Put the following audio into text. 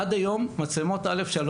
עד היום מצלמות א/3,